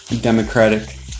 Democratic